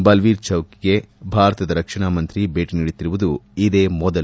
ಬಲ್ವೀರ್ ಚೌಕಿಗೆ ಭಾರತದ ರಕ್ಷಣಾಮಂತ್ರಿ ಭೇಟಿ ನೀಡಿತ್ತಿರುವುದು ಇದೇ ಮೊದಲು